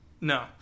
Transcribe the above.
No